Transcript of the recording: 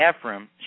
Ephraim